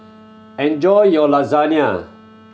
enjoy your Lasagne